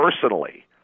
personally